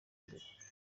imbere